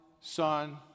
Son